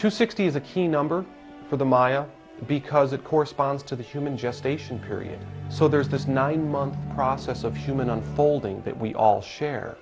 to sixty is a key number for the maya because it corresponds to the human gestation period so there's this nine month process of human unfolding that we all share